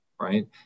right